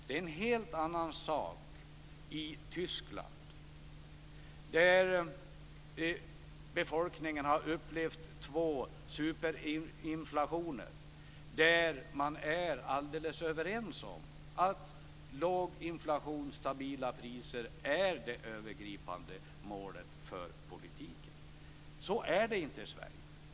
Det är en helt annan sak i Tyskland, där befolkningen har upplevt två superinflationer, där man är alldeles överens om att låg inflation och stabila priser är det övergripande målet för politiken. Så är det inte i Sverige.